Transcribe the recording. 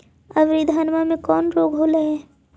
अबरि धाना मे कौन रोग हलो हल?